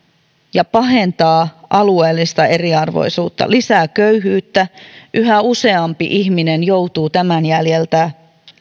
ja pahentaa alueellista eriarvoisuutta lisää köyhyyttä yhä useampi ihminen joutuu tämän jäljiltä